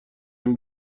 این